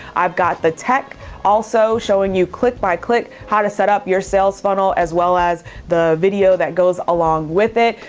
i've got the tech also showing you click by click how to set up your sales funnel as well as the video that goes along with it.